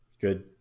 Good